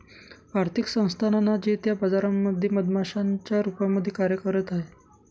आर्थिक संस्थानांना जे त्या बाजारांमध्ये मध्यस्थांच्या रूपामध्ये कार्य करत आहे